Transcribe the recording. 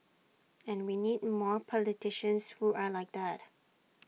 and we need more politicians who are like that